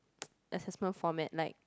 assessment format like